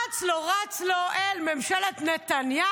אץ לו רץ לו אל ממשלת נתניהו.